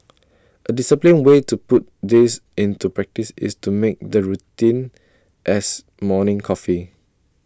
A disciplined way to put this into practice is to make the routine as morning coffee